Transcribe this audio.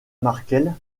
markel